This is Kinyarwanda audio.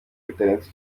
bitarenze